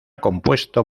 compuesto